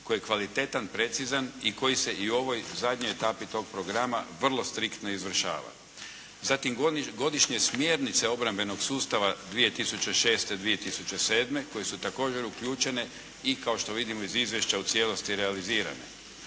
koji je kvalitetan, precizan i koji se u ovoj zadnjoj etapi tog programa vrlo striktno izvršava. Zatim, Godišnje smjernice obrambenog sustava 2006.-2007. koje su također uključene i kao što vidimo iz izvješća u cijelosti realizirane.